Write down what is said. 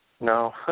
No